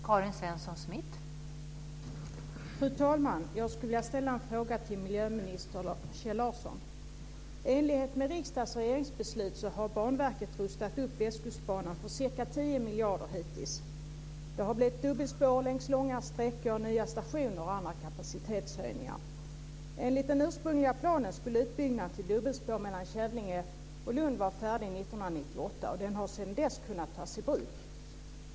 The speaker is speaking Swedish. Fru talman! Jag vill ställa en fråga till miljöminister Kjell Larsson. Banverket rustat upp Västkustbanan för ca 10 miljarder hittills. Det har blivit dubbelspår på långa sträckor, nya stationer och andra kapacitetshöjningar. Enligt den ursprungliga planen skulle utbyggnaden till dubbelspår mellan Kävlinge och Lund vara färdig 1998. Den har sedan dess kunnat tas i bruk.